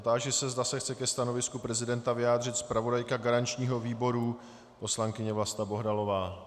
Táži se, zda se chce ke stanovisku prezidenta vyjádřit zpravodajka garančního výboru poslankyně Vlasta Bohdalová.